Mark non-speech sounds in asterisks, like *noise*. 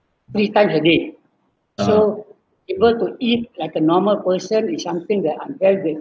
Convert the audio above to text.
three times a day *noise* so able to eat like a normal person is something that I'm very grate~